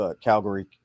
Calgary